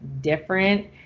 different